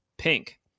Pink